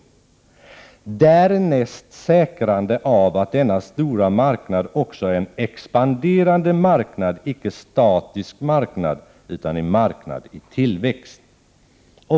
— Därnäst säkrande av att denna stora marknad också är en expanderande marknad, icke en statisk marknad, utan en marknad i tillväxt.